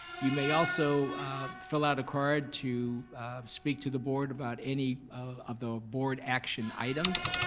you may also fill out a card to speak to the board about any of the board action items,